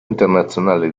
internazionale